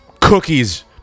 cookies